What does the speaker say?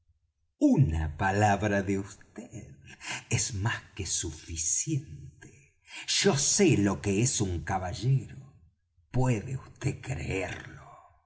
una palabra de vd es más que suficiente yo sé lo que es un caballero puede vd creerlo